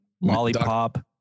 lollipop